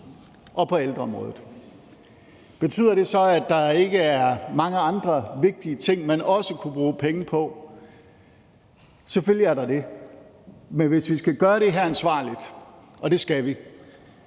og på ældreområdet. Betyder det så, at der ikke er mange andre vigtige ting, man også kunne bruge penge på? Nej, for selvfølgelig er der det, men hvis vi skal gøre det her ansvarligt, og det skal vi,